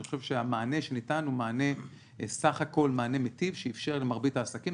אני חשוב שהמענה שניתן הוא בסך הכל מענה מיטיב שאפשר למרבית העסקים.